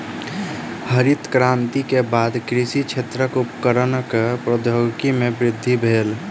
हरित क्रांति के बाद कृषि क्षेत्रक उपकरणक प्रौद्योगिकी में वृद्धि भेल